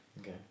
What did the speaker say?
okay